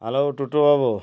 hello Tutu ବାବୁ